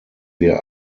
wir